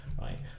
right